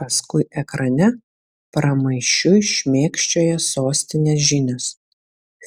paskui ekrane pramaišiui šmėkščioja sostinės žinios